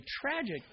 tragic